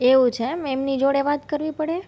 એવું છે એમ એમની જોડે વાત કરવી પડે